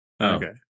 Okay